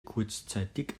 kurzzeitig